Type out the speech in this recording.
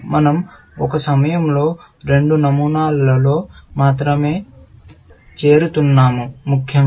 మనం ఒక సమయంలో రెండు నమూనాలలో మాత్రమే చేరుతున్నాము ముఖ్యంగా